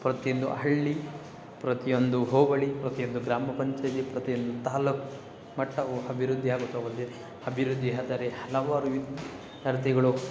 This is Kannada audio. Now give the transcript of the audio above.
ಪ್ರತಿಯೊಂದು ಹಳ್ಳಿ ಪ್ರತಿಯೊಂದು ಹೋಬಳಿ ಪ್ರತಿಯೊಂದು ಗ್ರಾಮ ಪಂಚಾಯತಿ ಪ್ರತಿಯೊಂದು ತಾಲ್ಲೂಕು ಮಟ್ಟವು ಅಭಿವೃದ್ಧಿ ಆಗುತ್ತಾ ಹೋಗುತ್ತದೆ ಅಭಿವೃದ್ಧಿ ಆದರೆ ಹಲವಾರು ಸ್ಪರ್ಧಿಗಳು